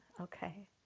okay